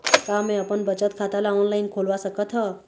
का मैं अपन बचत खाता ला ऑनलाइन खोलवा सकत ह?